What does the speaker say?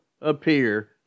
appear